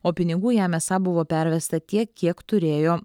o pinigų jam esą buvo pervesta tiek kiek turėjo